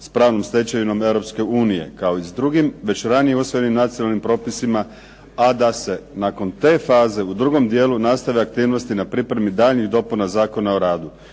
s pravnom stečevinom Europske unije kao i s drugim već ranije usvojenim nacionalnim propisima, a da se nakon te faze u drugom dijelu nastave aktivnosti na pripremi daljnjih dopuna Zakona o radu